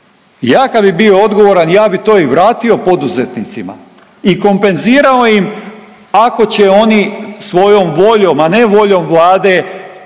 ja kad bi bio odgovoran ja bi to i vratio poduzetnicima i kompenzirao im ako će oni svojom voljom, a ne voljom Vlade